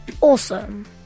Awesome